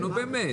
נו, באמת.